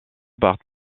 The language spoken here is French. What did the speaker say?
partent